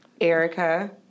Erica